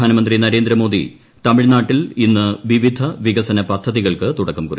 പ്രധാനമന്ത്രി നരേന്ദ്രമോദി തമിഴ്നാട്ടിൽ ഇന്ന് വിപിധ വികസനപദ്ധതികൾക്ക് തുടക്കം കുറിക്കും